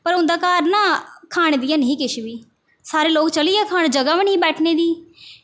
पर उं'दे घर ना खानै गी हैनी ही किश बी सारे लोग चली गे जगह बी नेईं ही बैठने दी